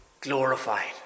glorified